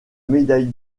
médaille